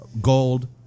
gold